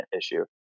issue